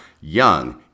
Young